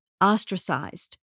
ostracized